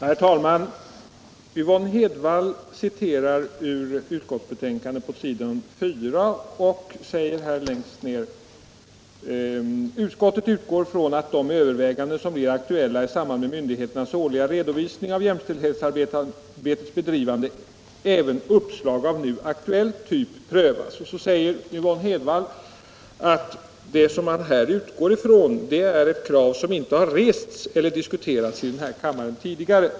Herr talman! Yvonne Hedwall citerar utskottsbetänkandet längst ned på s. 4: ”Utskottet utgår från att vid de överväganden som blir aktuella i samband med myndigheternas årliga redovisning av jämställdhetsarbetets bedrivande även uppslag av nu aktuell typ prövas.” Sedan säger hon att det som man här utgår från är ett krav som inte har rests eller diskuterats i den här kammaren tidigare.